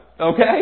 okay